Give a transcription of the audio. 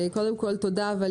הווטסאפ,